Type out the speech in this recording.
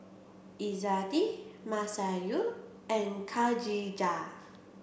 Izzati Masayu and Khadija